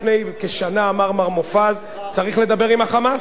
לפני כשנה אמר מר מופז: צריך לדבר עם ה"חמאס".